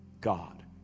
God